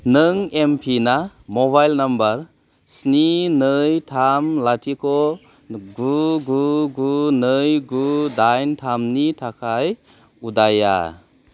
नों एम पिना मबाइल नाम्बार स्नि नै थाम लाथिख' गु गु गु नै गु डाइन थामनि थाखाय उदाया